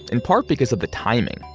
in part because of the timing.